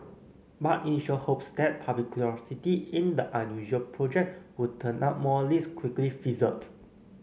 but initial hopes that public curiosity in the unusual project would turn up more leads quickly fizzled